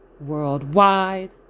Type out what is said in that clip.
worldwide